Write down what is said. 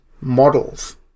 models